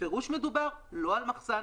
בפירוש מדובר לא על מחסן,